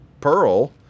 Pearl